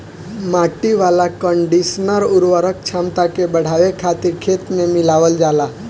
माटी वाला कंडीशनर उर्वरक क्षमता के बढ़ावे खातिर खेत में मिलावल जाला